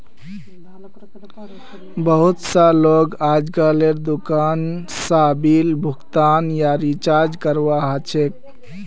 बहुत स लोग अजकालेर दुकान स बिल भुगतान या रीचार्जक करवा ह छेक